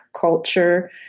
culture